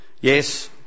Yes